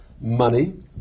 money